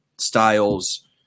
styles